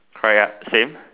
correct ya same